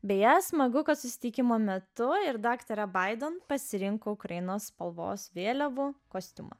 beje smagu kad susitikimo metu ir daktarė baidon pasirinko ukrainos spalvos vėliavų kostiumą